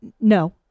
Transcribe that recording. no